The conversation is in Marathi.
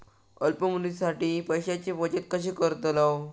अल्प मुदतीसाठी पैशांची बचत कशी करतलव?